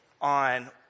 on